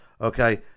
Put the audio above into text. Okay